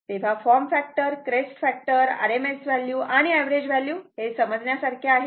तेव्हा form factor crest factor RMS value आणि average value हे समजण्यासारखे आहे